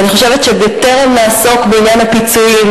אני חושבת שבטרם נעסוק בעניין הפיצויים,